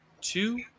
two